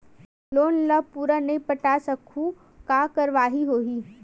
Loan ला पूरा नई पटा सकहुं का कारवाही होही?